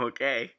Okay